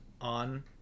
on